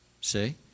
See